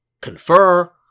confer